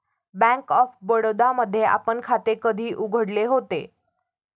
Bank of Baroda मध्ये आपण खाते कधी उघडले होते?